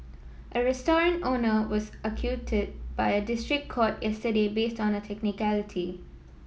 a restaurant owner was acquitted by a district court yesterday based on a technicality